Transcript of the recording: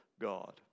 God